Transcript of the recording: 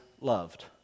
loved